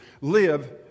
live